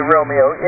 Romeo